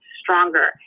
stronger